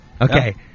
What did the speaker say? Okay